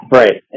right